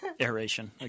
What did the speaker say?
Aeration